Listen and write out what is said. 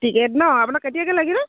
ticket নহ্ আপোনাক কেতিয়াকৈ লাগিলে